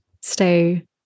stay